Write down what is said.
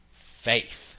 faith